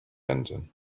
engine